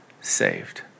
saved